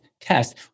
test